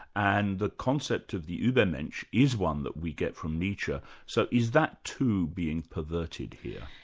and the concept of the ubermensch is one that we get from nietzsche, so is that too being perverted here?